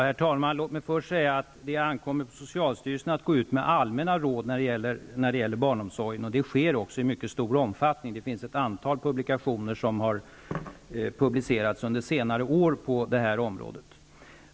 Herr talman! Låt mig först säga att det ankommer på socialstyrelsen att gå ut med allmänna råd när det gäller barnomsorgen, och det sker också i mycket stor omfattning. Det har kommit ett antal publikationer om detta under senare år.